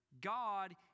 God